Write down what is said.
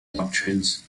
doctrines